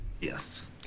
Yes